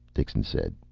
dixon said.